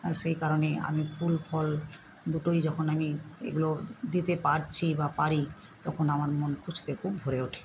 আর সেই কারণেই আমি ফুল ফল দুটোই যখন আমি এগুলোও দিতে পারছি বা পারি তখন আমার মন খুশিতে খুব ভরে ওঠে